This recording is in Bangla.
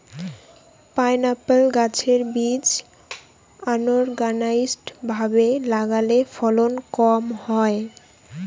পাইনএপ্পল গাছের বীজ আনোরগানাইজ্ড ভাবে লাগালে ফলন কম হয়